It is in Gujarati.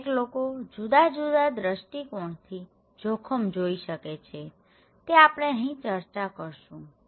દરેક લોકો જુદા જુદા દ્રષ્ટિકોણથી જોખમ જોઈ શકે છે તે આપણે અહીં ચર્ચા કરીશું